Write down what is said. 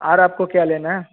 और आपको क्या लेना है